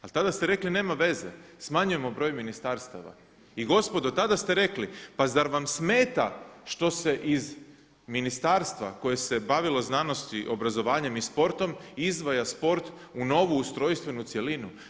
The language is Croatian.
Ali tada ste rekli nema veze, smanjujemo broj ministarstava i gospodo tada ste rekli pa zar vam smeta što se iz ministarstva koje se bavilo znanosti, obrazovanjem i sportom izdvaja sport u novu ustrojstvenu cjelinu.